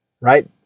Right